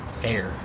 fair